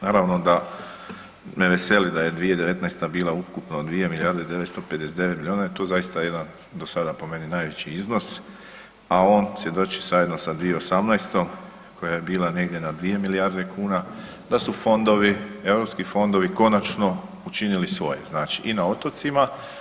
Naravno da me veseli da je 2019. bila ukupno 2 milijarde 959 miliona jer to je zaista jedan do sada po meni najveći iznos, a on svjedoči zajedno sa 2018.-tom koja je bila negdje na 2 milijarde kuna da su fondovi, europski fondovi konačno učinili svoje, znači i na otocima.